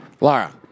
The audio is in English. Laura